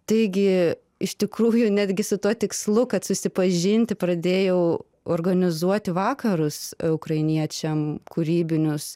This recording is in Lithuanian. taigi iš tikrųjų netgi su tuo tikslu kad susipažinti pradėjau organizuoti vakarus ukrainiečiam kūrybinius